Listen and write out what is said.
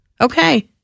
Okay